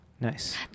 Nice